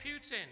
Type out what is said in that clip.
Putin